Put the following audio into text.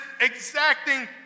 exacting